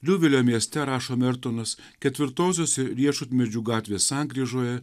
liuvilio mieste rašo mertonas ketvirtosios riešutmedžių gatvės sankryžoje